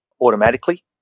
automatically